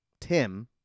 Tim